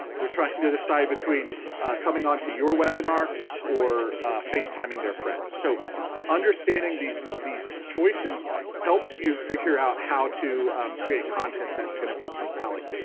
they're trying to decide between coming on to your webinar or facetiming their friends. so understanding these these choices helps you figure out how to create content that's gonna be compelling.